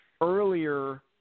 earlier